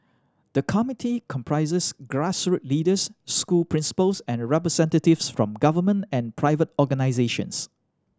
the committee comprises grassroots leaders school principals and representatives from government and private organisations